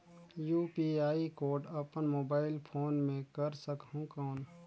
UPI code अपन mobile phone मे कर सकहुं कौन?